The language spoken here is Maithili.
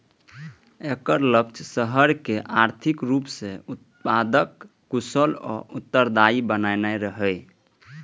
एकर लक्ष्य शहर कें आर्थिक रूप सं उत्पादक, कुशल आ उत्तरदायी बनेनाइ रहै